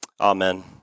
Amen